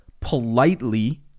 politely